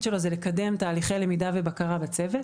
שלו הוא לקדם תהליכי למידה ובקרה בצוות.